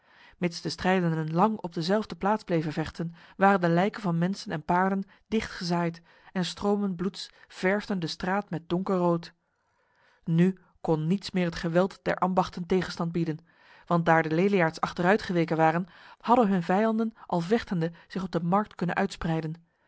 mits de strijdenden lang op dezelfde plaats bleven vechten waren de lijken van mensen en paarden dicht gezaaid en stromen bloeds verfden de straat met donkerrood nu kon niets meer het geweld der ambachten tegenstand bieden want daar de leliaards achteruit geweken waren hadden hun vijanden al vechtende zich op de markt kunnen uitspreiden